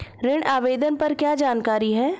ऋण आवेदन पर क्या जानकारी है?